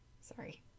Sorry